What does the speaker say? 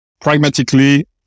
Pragmatically